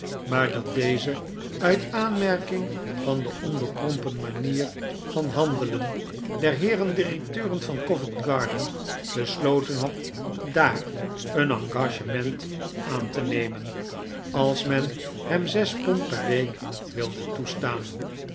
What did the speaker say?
maar dat deze uit aanmerking van de onbekrompen manier van handelen der heeren directeuren van covent-garden besloten had daar een engagement aan te nemen als men hem zes pond per week wilde toestaan